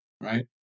right